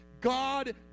God